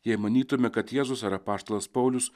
jei manytume kad jėzus ir apaštalas paulius